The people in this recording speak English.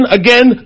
again